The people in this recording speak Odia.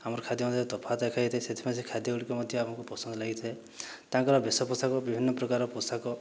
ଆମର ଖାଦ୍ୟ ମଧ୍ୟରେ ତଫାତ୍ ଦେଖାଯାଇଥାଏ ସେଥିପାଇଁ ସେ ଖାଦ୍ୟଗୁଡ଼ିକ ମଧ୍ୟ ଆମକୁ ପସନ୍ଦ ଲାଗିଥାଏ ତାଙ୍କର ବେଶ ପୋଷାକ ବିଭିନ୍ନ ପ୍ରକାର ପୋଷାକ